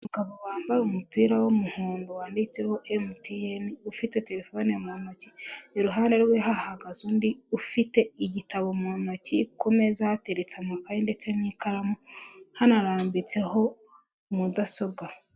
Umugabo wambaye umupira w'umuhondo wanditseho MTN ufite telefone mu ntoki, iruhande rwe hahagaze undi ufite igitabo mu ntoki ku meza hateretse amakaye ndetse n'ikaramu hano harambitseho mudasobwa.